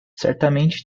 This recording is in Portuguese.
certamente